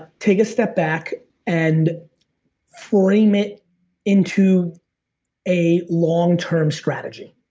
take a step back and frame it into a long-term strategy.